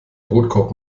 brotkorb